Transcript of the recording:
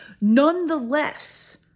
Nonetheless